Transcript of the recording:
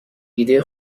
ایده